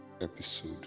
Episode